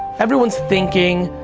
everyone's thinking.